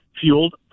fueled